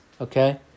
okay